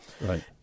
Right